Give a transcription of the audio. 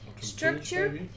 structure